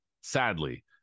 sadly